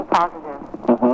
positive